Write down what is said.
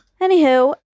Anywho